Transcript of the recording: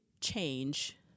change